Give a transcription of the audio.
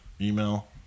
Email